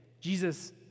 Jesus